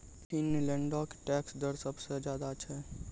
फिनलैंडो के टैक्स दर सभ से ज्यादे छै